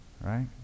right